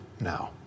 now